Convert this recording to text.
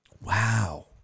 Wow